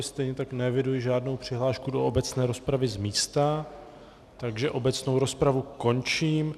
Stejně tak neeviduji žádnou přihlášku do obecné rozpravy z místa, takže obecnou rozpravu končím.